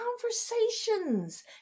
conversations